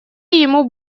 ему